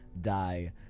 die